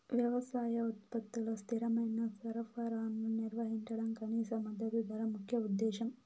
వ్యవసాయ ఉత్పత్తుల స్థిరమైన సరఫరాను నిర్వహించడం కనీస మద్దతు ధర ముఖ్య ఉద్దేశం